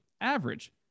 average